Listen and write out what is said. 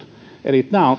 eli